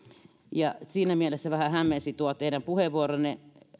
ja siinä mielessä vähän hämmensi tuo teidän puheenvuoronne